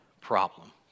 problem